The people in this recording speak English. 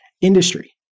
industry